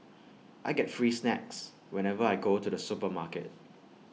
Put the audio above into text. I get free snacks whenever I go to the supermarket